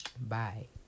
Bye